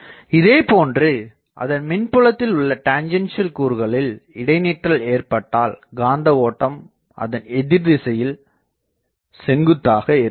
இதே போன்று அதன் மின்புலத்தில் உள்ள டெஞ்சன்சியல் கூறுகளில் இடைநிற்றல் ஏற்பட்டால் காந்த ஓட்டம் அதன் எதிர் திசையில் செங்குத்தாக ஏற்படுகிறது